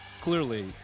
clearly